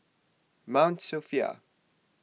Mount Sophia